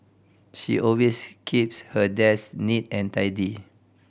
she always keeps her desk neat and tidy